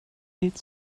its